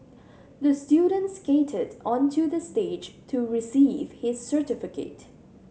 the student skated onto the stage to receive his certificate